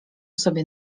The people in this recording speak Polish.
sobie